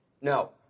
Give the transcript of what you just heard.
No